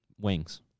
Wings